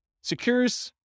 secures